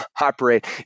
operate